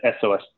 SOS